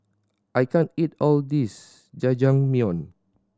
I can't eat all of this Jajangmyeon